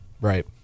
right